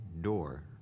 door